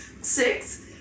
six